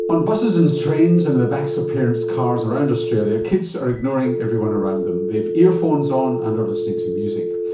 on buses and trains and in the backs of parents' cars around australia kids are ignoring everyone around them. they've earphones on and are listening to music.